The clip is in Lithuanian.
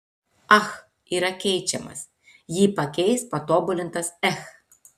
ach yra keičiamas jį pakeis patobulintas ech